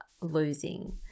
losing